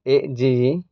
A G E